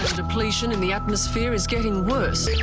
depletion in the atmosphere is getting worse.